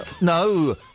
No